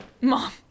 Mom